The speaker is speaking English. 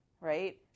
right